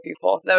people